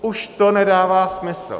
Už to nedává smysl.